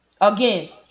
again